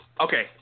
Okay